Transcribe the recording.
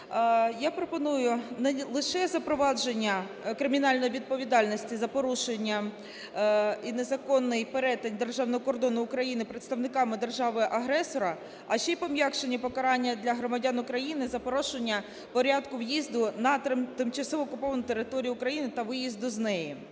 я пропоную не лише запровадження кримінальної відповідальності за порушення і незаконний перетин державного кордону України представниками держави-агресора, а ще і пом'якшені покарання для громадян України за порушення порядку в'їзду на тимчасово окуповану територію України та виїзду з неї.